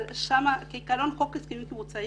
אבל כעיקרון חוק ההסכמים הקיבוציים